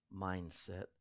mindset